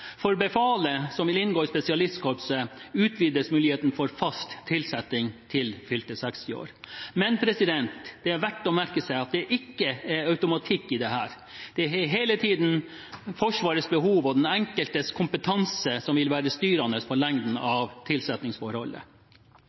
For befalet som vil inngå i spesialistkorpset, utvides muligheten for fast tilsetting til fylte 60 år. Men det er verdt å merke seg at det ikke er automatikk i dette. Det vil hele tiden være Forsvarets behov og den enkeltes kompetanse som vil være styrende for lengden på tilsettingsforholdet. Under høringen var lengden på tilsettingsforholdet